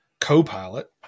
Copilot